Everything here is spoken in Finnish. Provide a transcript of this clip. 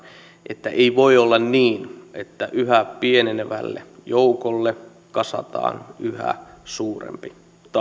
että ei voi olla niin että yhä pienenevälle joukolle kasataan yhä suurempi